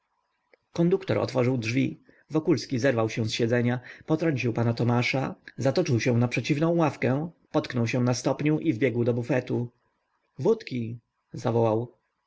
izabela konduktor otworzył drzwi wokulski zerwał się z siedzenia potrącił pana tomasza zatoczył się na przeciwną ławkę potknął się na stopniu i wbiegł do bufetu wódki zawołał